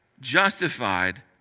Justified